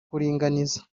kuringaniza